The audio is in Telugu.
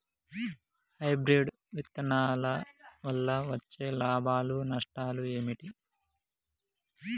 హైబ్రిడ్ విత్తనాల వల్ల వచ్చే లాభాలు నష్టాలు ఏమిటి?